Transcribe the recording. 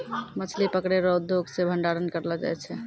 मछली पकड़ै रो उद्योग से भंडारण करलो जाय छै